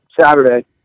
Saturday